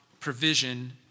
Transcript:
Provision